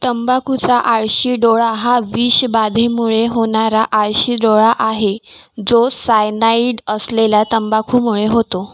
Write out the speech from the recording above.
तंबाखूचा आळशी डोळा हा विष बाधेमुळे होणारा आळशी डोळा आहे जो सायनाईड असलेला तंबाखूमुळे होतो